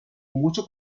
mucho